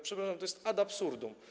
Przepraszam, ale to jest ad absurdum.